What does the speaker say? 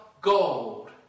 gold